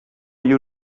you